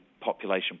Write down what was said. population